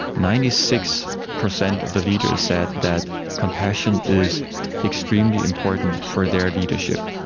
ninety six percent of the leaders said that compassion is extremely important for their leadership.